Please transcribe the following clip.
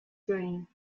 dream